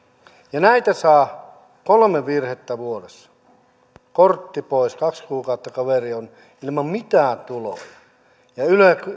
näitä kun saa kolme virhettä vuodessa niin kortti pois kaksi kuukautta kaveri on ilman mitään tuloja ja